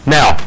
Now